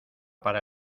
para